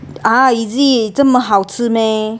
ah easy 这么好吃 meh